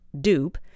dupe